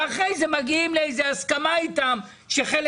ואחר זה מגיעים לאיזו הסכמה איתם שחלק